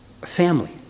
family